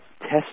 test